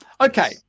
okay